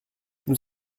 nous